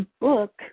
book